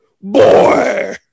boy